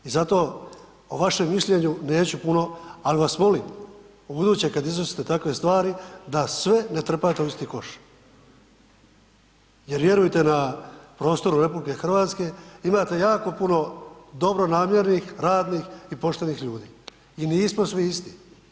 I zato o vašem mišljenju neću puno, ali vas molim ubuduće kada iznosite takve stvari da sve ne trpate u isti koš jer vjerujte na prostoru Republike Hrvatske imate jako puno dobronamjernih, radnih i poštenih ljudi i nismo svi isti.